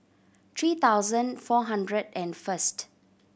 three thousand four hundred and first